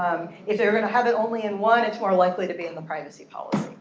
if they're going to have it only in one, it's more likely to be in the privacy policy.